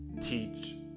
teach